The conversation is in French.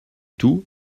tout